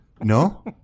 No